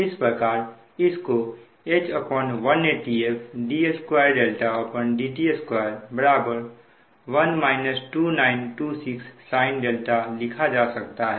इस प्रकार इस को H180f d2dt2 1 2926 sin लिखा जा सकता है